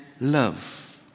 love